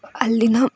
ಅಲ್ಲಿನ